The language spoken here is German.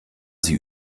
sie